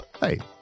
Hey